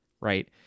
right